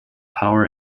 power